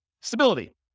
Stability